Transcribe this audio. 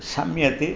शम्यति